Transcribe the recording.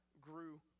grew